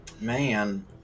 Man